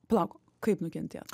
palauk kaip nukentėt